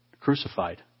crucified